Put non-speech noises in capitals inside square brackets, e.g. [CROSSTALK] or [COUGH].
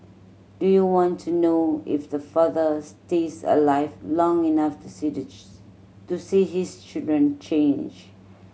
do you want to know if the father stays alive long enough to see [UNINTELLIGIBLE] to see his children change